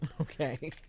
Okay